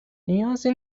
نیازی